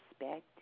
respect